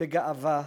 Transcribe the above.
בגאווה